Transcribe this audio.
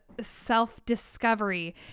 self-discovery